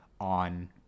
On